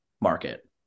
market